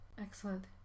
Excellent